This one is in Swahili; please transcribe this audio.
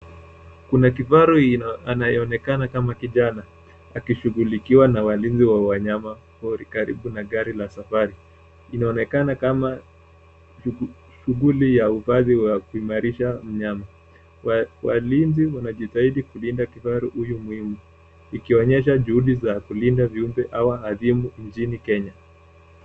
Kuna kifaru anayoonekana kama kijana akishugulikiwa na walinzi wa wanyama pori karibu na gari la safari. Inaonekana kama shuguli ya uhifadhi wa kuimarisha mnyama. Walinzi wanajitahidi kulinda kifaru uyu muhimu ikiwaonyesha juhudi za kulinda viumbe hawa azimu njini Kenya.